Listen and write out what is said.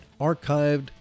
archived